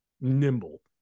nimble